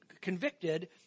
convicted